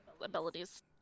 abilities